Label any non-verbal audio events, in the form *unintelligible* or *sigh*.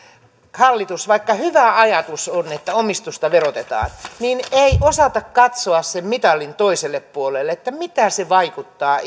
hallitus vaikka hyvä ajatus on että omistusta verotetaan ei osaa katsoa sen mitalin toiselle puolelle miten se vaikuttaa *unintelligible*